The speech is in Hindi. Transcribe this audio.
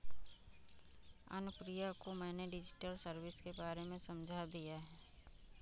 अनुप्रिया को मैंने डिजिटल सर्विस के बारे में समझा दिया है